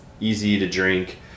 easy-to-drink